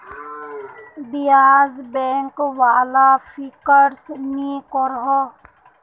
ब्याज़ बैंक वाला फिक्स नि करोह